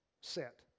set